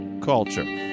Culture